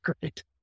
Great